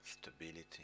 stability